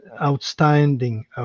outstanding